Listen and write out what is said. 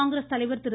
காங்கிரஸ் தலைவர் திரு